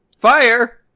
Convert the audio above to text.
Fire